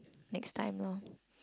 next time lor